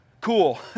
cool